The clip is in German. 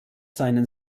seinen